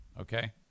Okay